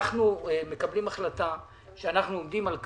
אנחנו מקבלים החלטה שאנחנו עומדים על כך,